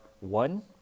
one